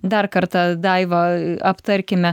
dar kartą daiva aptarkime